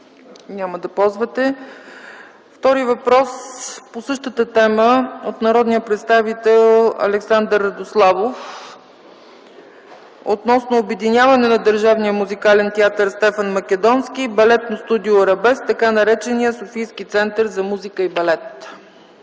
Няма да ползвате. Втори въпрос по същата тема от народния представител Александър Радославов – относно обединяване на Държавния музикален театър „Стефан Македонски” и Балетно студио „Арабеск” в така наречения Софийски център за музика и балет.